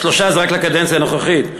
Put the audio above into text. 3% ל-3% זה רק לקדנציה הנוכחית.